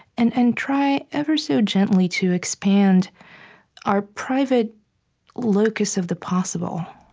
and and try ever so gently to expand our private locus of the possible